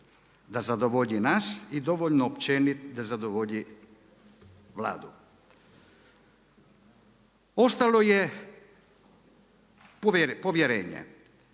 da zadovolji nas i dovoljno općenit da zadovolji Vladu. Ostalo je povjerenje